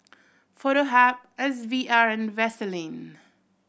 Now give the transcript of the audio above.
Foto Hub S V R and Vaseline